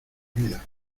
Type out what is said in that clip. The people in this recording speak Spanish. vida